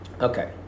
Okay